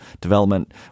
development